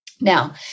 Now